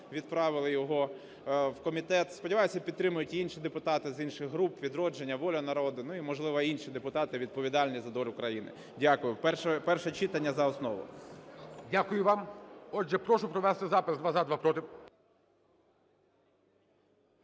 відправили його в комітет. Сподіваюсь, підтримають і інші депутати з інших груп: "Відродження" , "Воля народу", ну і, можливо, й інші депутати, відповідальні за долю країни. Дякую. Перше читання – за основу. ГОЛОВУЮЧИЙ. Дякую вам. Отже, прошу провести запис: